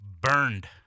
burned